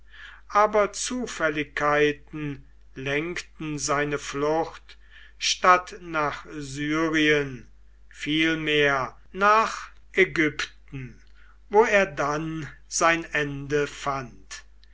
aber zufälligkeiten lenkten seine flucht statt nach syrien vielmehr nach ägypten wo er dann sein ende fand